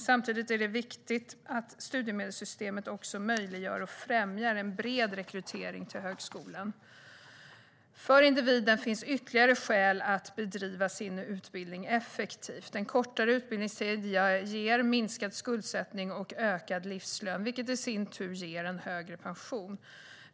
Samtidigt är det viktigt att studiemedelssystemet möjliggör och främjar en bred rekrytering till högskolan. För individen finns ytterligare skäl att bedriva sin utbildning effektivt. En kortare utbildningstid ger minskad skuldsättning och ökad livslön, vilket i sin tur ger en högre pension.